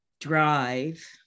drive